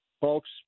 Folks